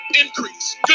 increase